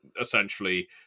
essentially